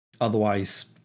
Otherwise